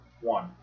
One